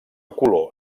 color